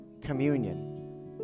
communion